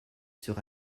sur